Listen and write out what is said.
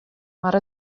mar